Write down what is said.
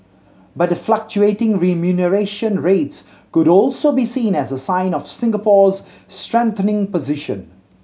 but the fluctuating remuneration rates could also be seen as a sign of Singapore's strengthening position